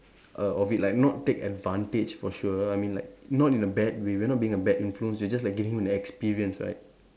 err of it like not take advantage for sure I mean like not in a bad way we're not being a bad influence we're just like giving him an experience right